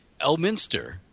Elminster